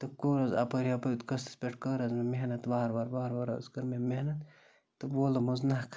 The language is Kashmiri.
تہٕ کوٚر حظ اَپٲرۍ یَپٲرۍ قٕسطَس پٮ۪ٹھ کٔر حظ مےٚ محنَت وارٕ وارٕ وارٕ وارٕ حظ کٔر مےٚ محنَت تہٕ وولُم حظ نَکھٕ